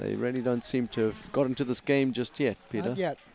they really don't seem to go into this game just yet y